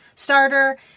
starter